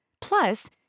Plus